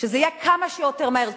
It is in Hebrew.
שזה יהיה כמה שיותר מהר,